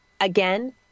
Again